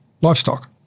livestock